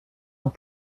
ans